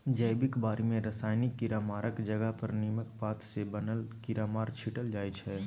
जैबिक बारी मे रासायनिक कीरामारक जगह पर नीमक पात सँ बनल कीरामार छीटल जाइ छै